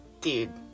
dude